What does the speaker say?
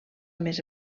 més